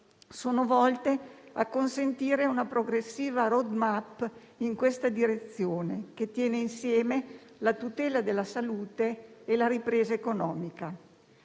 sono volte a permettere una progressiva *road map* in questa direzione, che tiene insieme la tutela della salute e la ripresa economica.